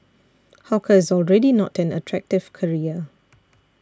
hawker is already not an attractive career